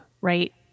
right